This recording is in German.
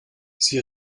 sie